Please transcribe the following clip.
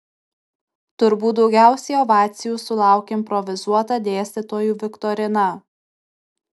turbūt daugiausiai ovacijų sulaukė improvizuota dėstytojų viktorina